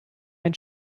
ein